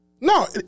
No